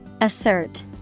Assert